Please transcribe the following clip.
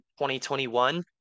2021